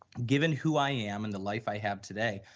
given who i am and the life i have today,